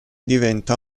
diventa